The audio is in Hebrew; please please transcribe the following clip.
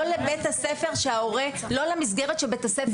לא למסגרת שבית הספר בוחר.